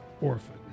orphan